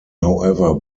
however